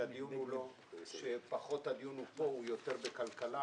הדיון הוא פחות כאן ויותר בוועדת הכלכלה